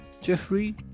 Jeffrey